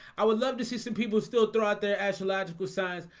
i would love to see some people still throw out their astrological signs.